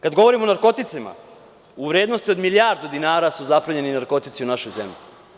Kada govorimo o narkoticima, u vrednosti od milijardu dinara su zaplenjeni narkotici u našoj zemlji.